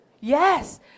Yes